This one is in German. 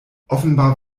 offenbar